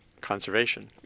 conservation